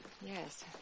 Yes